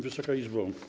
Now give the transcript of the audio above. Wysoka Izbo!